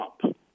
Trump